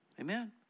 Amen